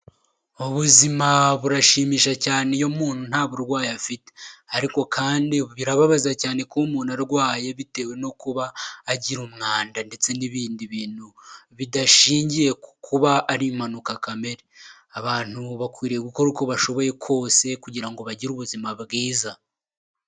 Ubuzima burashimisha cyane iyo umuntu nta burwayi afite, ariko kandi birababaza cyane kuba umuntu arwaye bitewe no kuba agira umwanda, ndetse n'ibindi bintu bidashingiye ku kuba ari impanuka kamere, abantu bakwiriye gukora uko bashoboye kose kugira ngo bagire ubuzima bwiza.